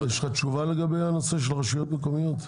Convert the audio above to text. יש לך תשובה לגבי הנושא של רשויות מקומיות?